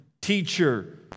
Teacher